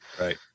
Right